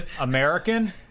American